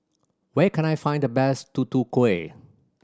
where can I find the best Tutu Kueh